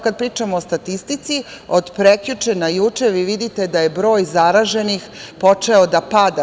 Kad pričamo o statistici od prekjuče na juče, vi vidite da je broj zaraženih počeo da pada.